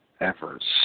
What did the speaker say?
efforts